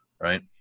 right